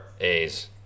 A's